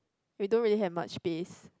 we don't really have much space